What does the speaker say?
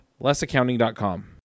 lessaccounting.com